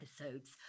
episodes